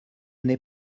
n’est